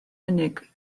unig